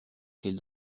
quel